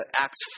Acts